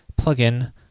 plugin